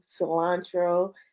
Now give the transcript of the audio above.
cilantro